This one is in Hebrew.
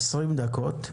כ-20 דקות,